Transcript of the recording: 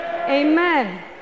Amen